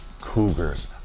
Cougars